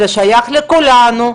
זה שייך לכולנו,